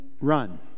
run